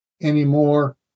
anymore